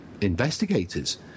investigators